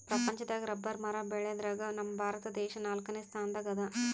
ಪ್ರಪಂಚದಾಗ್ ರಬ್ಬರ್ ಮರ ಬೆಳ್ಯಾದ್ರಗ್ ನಮ್ ಭಾರತ ದೇಶ್ ನಾಲ್ಕನೇ ಸ್ಥಾನ್ ದಾಗ್ ಅದಾ